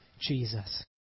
jesus